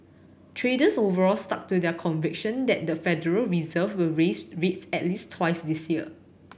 traders overall stuck to their conviction that the Federal Reserve will raise rates at least twice this year